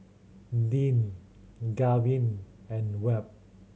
Deane Gavin and Webb